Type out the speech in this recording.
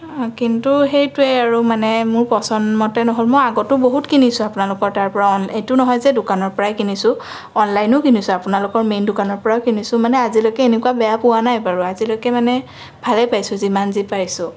অঁ কিন্তু সেইটোৱে আৰু মানে মোৰ পচন্দ মতে নহ'ল মই আগতো বহুত কিনিছোঁ আপোনালোকৰ তাৰপৰা এইটো নহয় যে দোকানৰ পৰাই কিনিছোঁ অনলাইনো কিনিছোঁ আপোনালোকৰ মেইন দোকানৰ পৰাও কিনিছোঁ কিন্তু আজিলৈকে এনেকুৱা বেয়া পোৱা নাই বাৰু আজিলৈকে মানে ভালেই পাইছোঁ যিমান যি পাইছোঁ